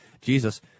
jesus